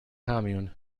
commune